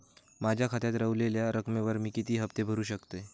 माझ्या खात्यात रव्हलेल्या रकमेवर मी किती हफ्ते भरू शकतय?